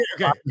okay